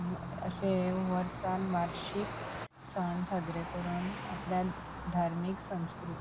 आनी अशे हे वर्सान वार्शीक सण साजरे करून आपल्या धार्मीक संस्कृत